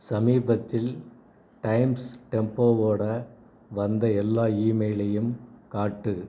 சமீபத்தில் டைம்ஸ் டெம்போவோடு வந்த எல்லா ஈமெயிலையும் காட்டு